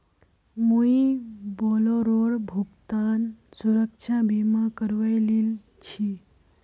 मुई बोलेरोर भुगतान सुरक्षा बीमा करवइ लिल छि